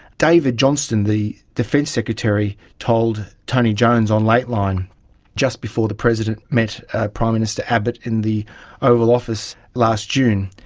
david johnston, the defence secretary, told tony jones on lateline just before the president met prime minister abbott in the oval office last june,